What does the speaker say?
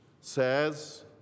says